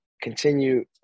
continue